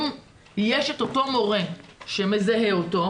אם יש את אותו מורה שמזהה אותו,